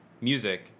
music